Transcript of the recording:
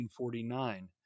1949